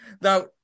Now